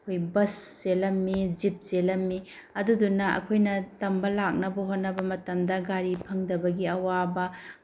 ꯑꯩꯈꯣꯏ ꯕꯁ ꯆꯦꯜꯂꯝꯃꯤ ꯖꯤꯞ ꯆꯦꯜꯂꯝꯃꯤ ꯑꯗꯨꯗꯨꯅ ꯑꯩꯈꯣꯏꯅ ꯇꯝꯕ ꯂꯥꯛꯅꯕ ꯍꯣꯠꯅꯕ ꯃꯇꯝꯗ ꯒꯥꯔꯤ ꯐꯪꯗꯕꯒꯤ ꯑꯋꯥꯕ